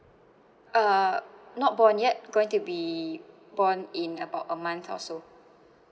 uh not born yet going to be born in about a month or so